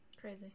Crazy